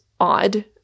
odd